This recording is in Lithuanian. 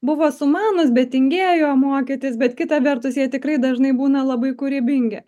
buvo sumanūs bet tingėjo mokytis bet kita vertus jie tikrai dažnai būna labai kūrybingi